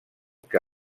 que